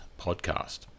podcast